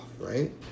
right